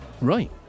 Right